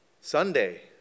Sunday